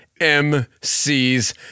MCs